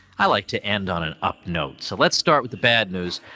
i like to end on an up note, so let's start with the bad news.